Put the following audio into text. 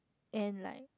and like